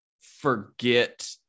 forget